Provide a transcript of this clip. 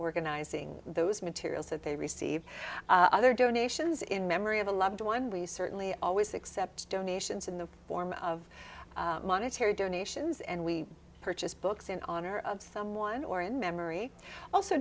organizing those materials that they receive other donations in memory of a loved one we certainly always accept donations in the form of monetary donations and we purchase books in honor of someone or in memory also